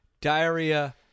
diarrhea